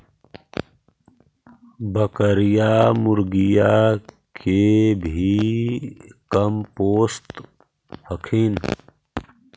बकरीया, मुर्गीया के भी कमपोसत हखिन?